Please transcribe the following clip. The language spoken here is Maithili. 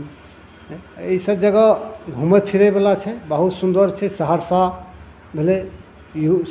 एहिसभ जगह घूमय फिरयवला छै बहुत सुन्दर छै सहरसा भेलै